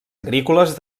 agrícoles